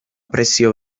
prezio